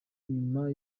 nyuma